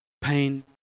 pain